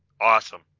awesome